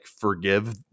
forgive